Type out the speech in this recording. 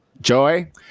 Joy